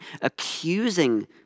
accusing